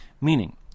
Meaning